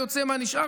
משנה.